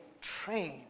train